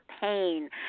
pain